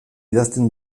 idazten